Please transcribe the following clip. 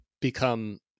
become